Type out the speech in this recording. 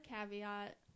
caveat